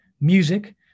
Music